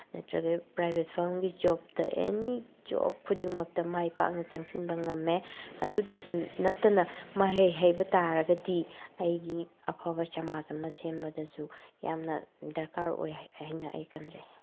ꯅꯠꯇ꯭ꯔꯒ ꯄ꯭ꯔꯥꯏꯚꯦꯠ ꯐꯥꯝꯒꯤ ꯖꯣꯕꯇ ꯑꯦꯅꯤ ꯖꯣꯕ ꯈꯨꯗꯤꯡꯃꯛꯇ ꯃꯥꯏ ꯄꯥꯛꯅ ꯆꯪꯁꯤꯟꯕ ꯉꯝꯃꯦ ꯑꯗꯨꯗꯁꯨ ꯅꯠꯇꯅ ꯃꯍꯩ ꯍꯩꯕ ꯇꯥꯔꯒꯗꯤ ꯑꯩꯒꯤ ꯑꯐꯕ ꯁꯃꯥꯖ ꯑꯃ ꯁꯦꯝꯕꯗꯁꯨ ꯌꯥꯝꯅ ꯗꯔꯀꯥꯔ ꯑꯣꯏ ꯍꯥꯏꯅ ꯑꯩ ꯈꯟꯖꯩ